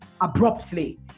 abruptly